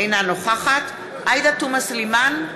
אינה נוכחת עאידה תומא סלימאן,